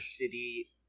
city